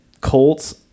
Colts